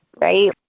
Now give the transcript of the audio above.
right